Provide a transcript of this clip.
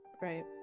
Right